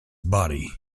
body